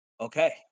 Okay